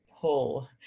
pull